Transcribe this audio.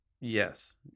yes